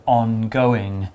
ongoing